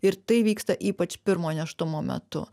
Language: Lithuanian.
ir tai vyksta ypač pirmo nėštumo metu